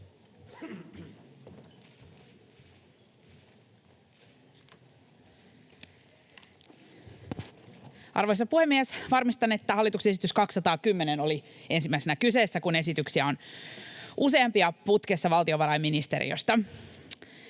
Arvoisa puhemies! Varmistan, että hallituksen esitys 210 oli ensimmäisenä kyseessä, kun esityksiä on useampia putkessa valtiovarainministeriöstä.